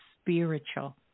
spiritual